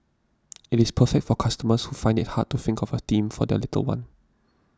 it is perfect for customers who find it hard to think of a theme for their little one